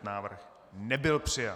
Návrh nebyl přijat.